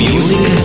Music